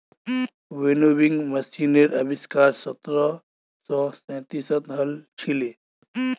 winnowing मशीनेर आविष्कार सत्रह सौ सैंतीसत हल छिले